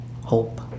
hope